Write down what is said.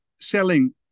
selling